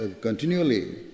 continually